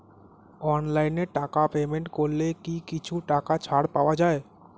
অনলাইনে টাকা পেমেন্ট করলে কি কিছু টাকা ছাড় পাওয়া যায়?